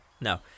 no